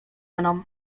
mną